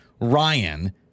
Ryan